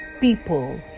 people